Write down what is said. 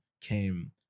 came